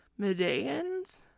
Medians